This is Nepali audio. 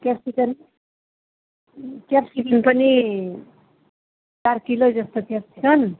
क्यापसिकम क्यापसिकम पनि चार किलै जस्तो क्यापसिकम